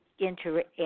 interact